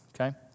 okay